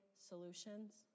solutions